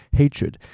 hatred